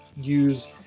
use